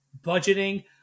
budgeting